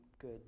good